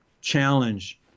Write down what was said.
challenge